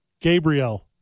Gabriel